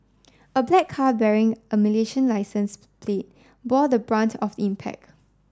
a black car bearing a Malaysian licence plate bore the brunt of the impact